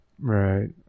right